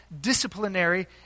disciplinary